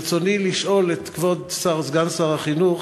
ברצוני לשאול את כבוד סגן שר החינוך: